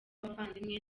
abavandimwe